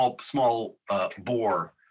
small-bore